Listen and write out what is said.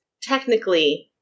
technically